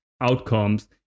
outcomes